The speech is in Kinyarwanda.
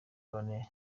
bane